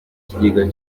ikigega